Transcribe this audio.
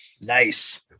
Nice